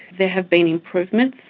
there have been improvements.